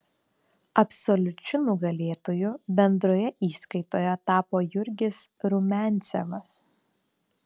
absoliučiu nugalėtoju bendroje įskaitoje tapo jurgis rumiancevas